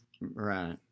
Right